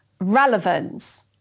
relevance